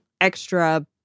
extra